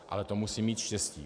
Ale to musím mít štěstí.